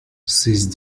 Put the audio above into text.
seize